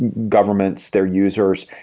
governments, their users,